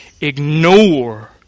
Ignore